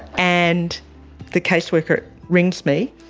and the caseworker rings me,